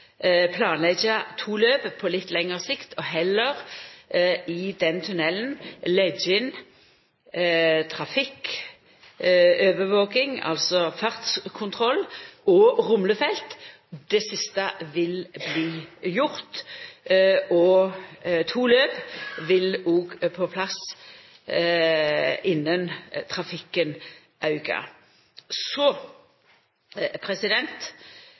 planleggja to løp på litt lengre sikt og heller i den tunnelen leggja inn trafikkovervaking, altså fartskontroll, og rumlefelt? Det siste vil bli gjort, og to løp vil òg vera på plass innan trafikken aukar. Så